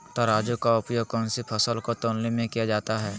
तराजू का उपयोग कौन सी फसल को तौलने में किया जाता है?